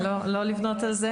לא לבנות על זה.